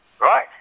right